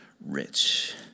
rich